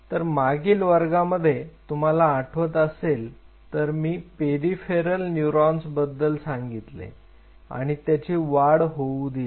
तर मागील वर्गांमध्ये तुम्हाला आठवत असेल तर मी पेरिफेरल न्यूरॉन्सबद्दल सांगितले आणि त्यांची वाढ होऊ दिली